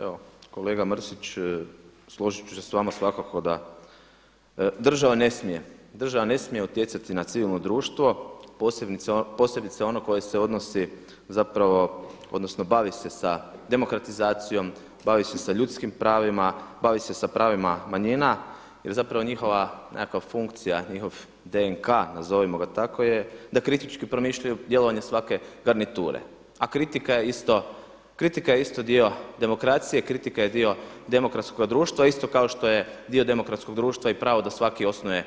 Evo kolega Mrsić, složit ću se s vama svakako da država ne smije utjecati na civilno društvo posebice ono koje se odnosi zapravo odnosno bavi se sa demokratizacijom, bavi se sa ljudskim pravima, bavi se pravima manjina jer zapravo njihova nekakva funkcija, njihov DNK nazovimo ga tako je da kritički promišljaju djelovanje svake garniture, a kritika je isto dio demokracije, kritika je dio demokratskoga društva isto kao što je dio demokratskog društva i pravo da svaki osnuje